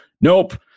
Nope